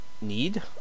need